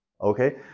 okay